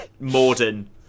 Morden